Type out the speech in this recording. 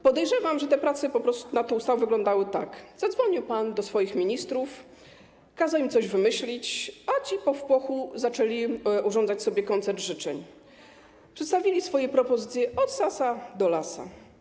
Podejrzewam, że prace nad tą ustawą wyglądały po prostu tak: zadzwonił pan do swoich ministrów, kazał im coś wymyślić, a ci w popłochu zaczęli urządzać sobie koncert życzeń i przedstawili swoje propozycje od Sasa do Lasa.